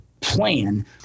plan